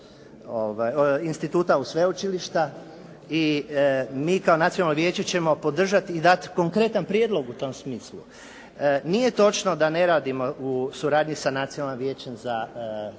instituta u sveučilišta i mi kao Nacionalno vijeće ćemo podržati i dati konkretan prijedlog u tom smislu. Nije točno da ne radimo u suradnji sa Nacionalnim vijećem za